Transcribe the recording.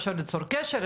אפשר ליצור קשר,